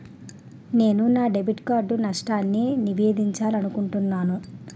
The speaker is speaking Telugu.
నేను నా డెబిట్ కార్డ్ నష్టాన్ని నివేదించాలనుకుంటున్నాను